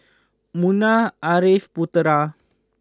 Munah Ariff Putera